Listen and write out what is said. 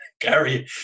Gary